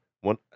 one